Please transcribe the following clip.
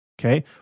okay